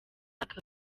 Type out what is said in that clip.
aka